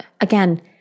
again